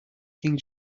king